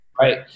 Right